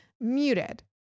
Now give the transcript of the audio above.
Muted